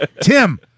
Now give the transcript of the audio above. tim